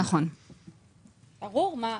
ברור, מה?